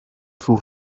sus